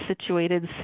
situated